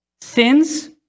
sins